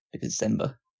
December